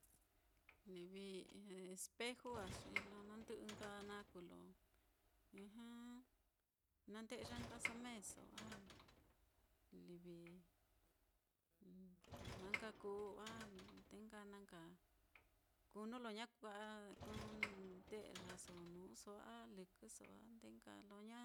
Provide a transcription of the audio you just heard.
livi espeju á, xi lo nandɨ'ɨ nka naá kuu lo na nde'ya nkaso meeso, a livi na nka kuu a nde nka na nka kuu nuu lo ña kua'a kunde'ya so nuuso á, a lɨkɨso a ndee nka lo ña